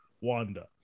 wanda